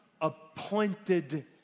appointed